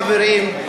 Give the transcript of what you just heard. חברים,